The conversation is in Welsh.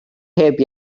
heb